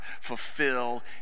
fulfill